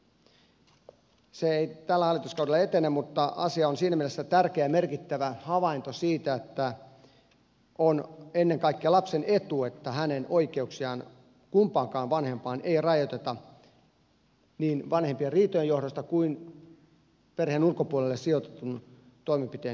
se ei tällä hallituskaudella etene mutta asia on siinä mielessä tärkeä ja merkittävä havainto siitä että on ennen kaikkea lapsen etu että hänen oikeuksiaan kumpaankaan vanhempaan ei rajoiteta niin vanhempien riitojen johdosta kuin myöskään perheen ulkopuolelle sijoittamisen toimenpiteen johdosta